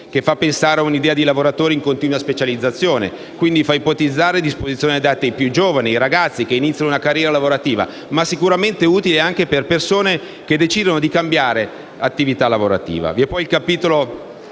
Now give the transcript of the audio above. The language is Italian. che fa pensare a una idea di lavoratori in continua specializzazione e, quindi, fa ipotizzare disposizioni adatte ai più giovani, ai ragazzi che iniziano una carriera lavorativa, ma sicuramente utili anche per persone che decidano di cambiare attività lavorativa.